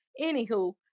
anywho